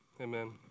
Amen